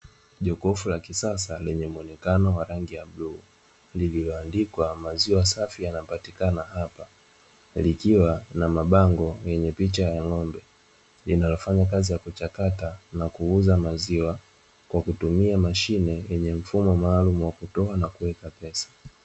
Jokofu la kisasa lenye rangi ya bluu lenye picha ya bluu lenye picha ya ng'ombe lililoandikwa maziwa safi yanapatikana apa linalofanya kazi yakuchakata kwa kutumia mfumo maalumu wa kutoa na kuweka pesa